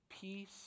Peace